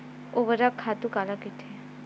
ऊर्वरक खातु काला कहिथे?